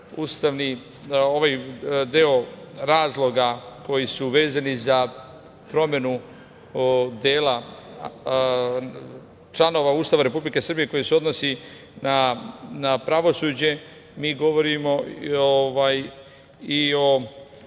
kažem, deo razloga koji su vezani za promenu dela članova Ustava Republike Srbije koji se odnosi na pravosuđe, mi govorimo i o